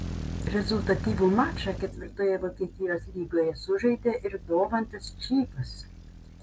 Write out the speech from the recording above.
rezultatyvų mačą ketvirtoje vokietijos lygoje sužaidė ir domantas čypas